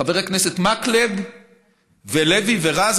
חברי הכנסת מקלב ולוי ורז,